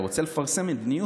אתה רוצה לפרסם מדיניות,